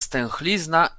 stęchlizna